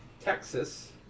Texas